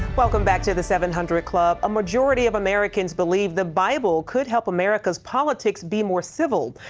welcome back to the seven hundred club. a majority of americans believe the bible could help america's politics be more civil.